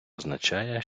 означає